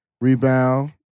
rebound